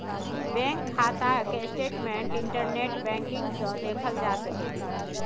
bank खाताक statement internet banking सँ देखल जा सकै छै